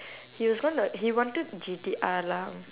he was gonna he wanted G_T_R lah